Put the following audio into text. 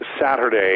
Saturday –